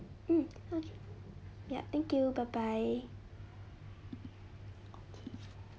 hmm okay ya thank you bye bye okay